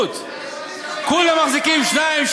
כולם מחזיקים שתיים,